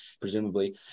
presumably